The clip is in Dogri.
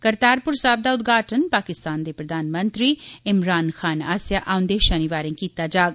करतारपुर साहिब दा उद्घाटन पाकिस्तान दे प्रधानमंत्री इमरान खान आसेआ औंदे शनिवारें कीता जाग